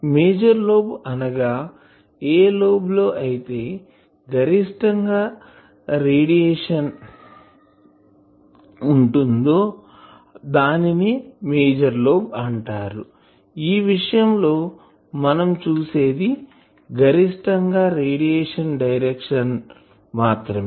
major lobe అనగా ఏ lobe లో అయితే గరిష్టం గా రేడియేషన్ డైరెక్షన్ ఉంటుందో దానినే మేజర్ లోబ్ అంటారు ఈ విషయం లో మనం చూసేది గరిష్టం గా రేడియేషన్ డైరెక్షన్ మాత్రమే